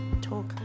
talk